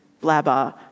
blabber